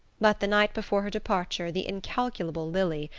but the night before her departure the incalculable lili,